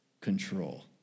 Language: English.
control